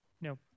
No